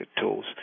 tools